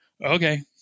okay